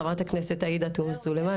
חברת הכנסת עאידה תומא סלימאן.